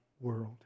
world